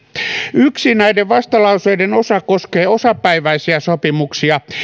yksi näiden vastalauseiden osa koskee osapäiväisiä sopimuksia